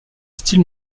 style